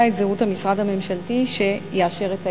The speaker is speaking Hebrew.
את זהות המשרד הממשלתי שיאשר את הייבוא.